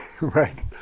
Right